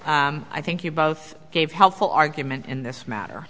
i think you both gave helpful argument in this matter